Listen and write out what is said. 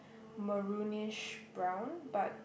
maroonish brown but